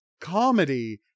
comedy